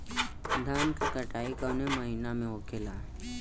धान क कटाई कवने महीना में होखेला?